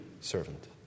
servant